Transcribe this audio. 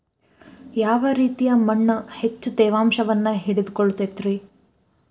ಯಾವ ರೇತಿಯ ಮಣ್ಣ ಹೆಚ್ಚು ತೇವಾಂಶವನ್ನ ಹಿಡಿದಿಟ್ಟುಕೊಳ್ಳತೈತ್ರಿ?